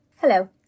Hello